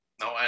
no